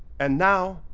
and now,